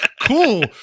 cool